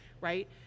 right